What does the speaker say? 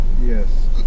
Yes